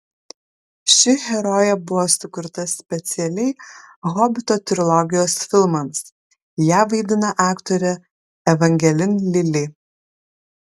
ši herojė buvo sukurta specialiai hobito trilogijos filmams ją vaidina aktorė evangelin lili